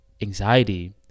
anxiety